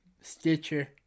Stitcher